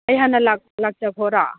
ꯑꯩ ꯍꯥꯟꯅ ꯂꯥꯛꯆꯈꯣꯔ